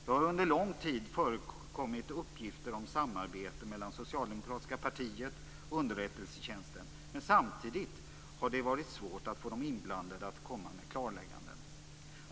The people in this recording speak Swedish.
Det har under lång tid förekommit uppgifter om samarbete mellan Socialdemokratiska partiet och underrättelsetjänsten. Men samtidigt har det varit svårt för de inblandade att komma med klarlägganden.